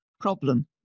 problem